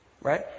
Right